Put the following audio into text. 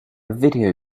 video